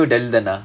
Dell ah